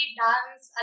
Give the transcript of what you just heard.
dance